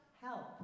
help